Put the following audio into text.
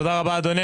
תודה רבה אדוני.